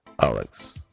Alex